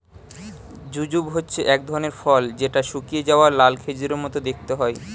jujube হচ্ছে এক ধরনের ফল যেটা শুকিয়ে যাওয়া লাল খেজুরের মত দেখতে হয়